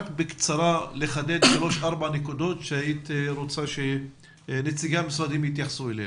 תחדדי בקצרה שלוש-ארבע נקודות שאת רוצה שנציגי המשרדים יתייחסו אליהן.